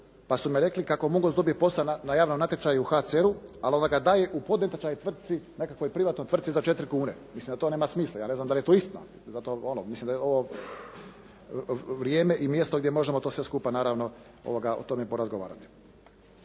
pa su mi rekli kako “Mungos“ dobije posao na javnom natječaju u HCR-u, a on ga daje u podnatječaj tvrtci nekakvoj privatnoj tvrtci za 4 kune. Mislim da to nema smisla. Je ne znam da li je to istina. Zato ono, mislim da je ovo vrijeme i mjesto gdje možemo to sve skupa naravno o tome porazgovarati.